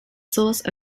source